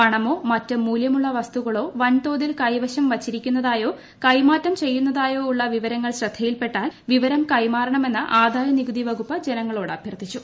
പണമോ മറ്റ് മൂല്യമുള്ള വസ്തുക്കളോ വൻതോതിൽ കൈവശം വച്ചിരിക്കുന്നതായോ കൈമാറ്റം ചെയ്യുന്നതായോ ഉള്ള വിവരങ്ങൾ ശ്രദ്ധയിൽപ്പെട്ടാൽ വിവരം ആദായ നികുതി വകുപ്പ് ജനങ്ങളോട് കൈമാറണമെന്ന് അഭ്യർത്ഥിച്ചു